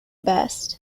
best